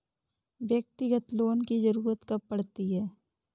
व्यक्तिगत लोन की ज़रूरत कब पड़ती है?